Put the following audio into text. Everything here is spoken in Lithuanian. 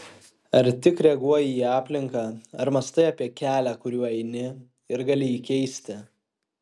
ar tik reaguoji į aplinką ar mąstai apie kelią kuriuo eini ir gali jį keisti